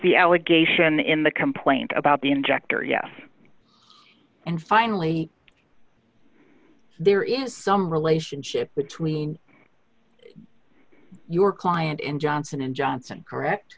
the allegation in the complaint about the injector yes and finally there is some relationship between your client in johnson and johnson correct